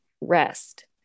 rest